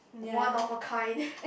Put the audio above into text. one of a kind